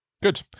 Good